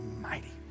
mighty